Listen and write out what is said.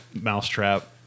mousetrap